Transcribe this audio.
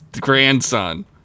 grandson